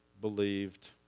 believed